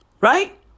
Right